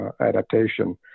adaptation